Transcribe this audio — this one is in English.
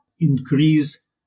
increase